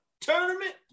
tournament